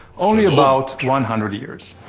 only about one hundred years.